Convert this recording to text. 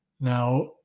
Now